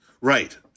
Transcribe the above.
Right